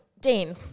dane